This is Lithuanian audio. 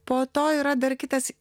po to yra dar kitas